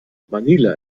manila